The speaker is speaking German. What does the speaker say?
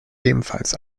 ebenfalls